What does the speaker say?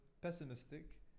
pessimistic